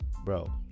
bro